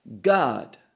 God